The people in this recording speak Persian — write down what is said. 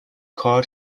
کار